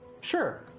Sure